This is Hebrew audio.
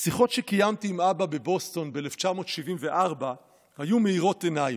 השיחות שקיימתי עם אבא בבוסטון ב-1974 היו מאירות עיניים.